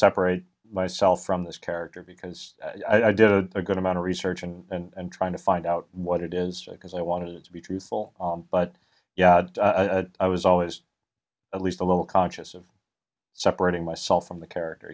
separate myself from this character because i did a good amount of research and trying to find out what it is because i wanted to be truthful but yeah i was always at least a little conscious of separating myself from the character